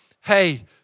hey